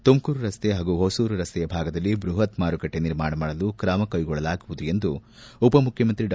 ತುಮಕೂರು ರಸ್ತೆ ಮತ್ತು ಹೊಸೂರು ರಸ್ತೆಯ ಭಾಗದಲ್ಲಿ ಬೃಪತ್ ಮಾರುಕಟ್ಟೆ ನಿರ್ಮಾಣ ಮಾಡಲು ಕ್ರಮ ಕೈಗೊಳ್ಳಲಾಗುವುದು ಎಂದು ಉಪಮುಖ್ಯಮಂತ್ರಿ ಡಾ